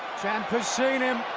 ciampa has seen him.